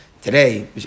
Today